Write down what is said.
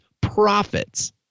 profits